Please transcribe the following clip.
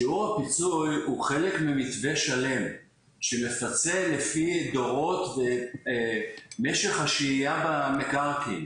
שיעור הפיצוי הוא חלק ממתווה שלם שמפצה לפי דורות ומשך השהייה במקרקעין.